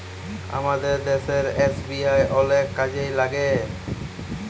আমাদের দ্যাশের এস.বি.আই অলেক কাজে ল্যাইগে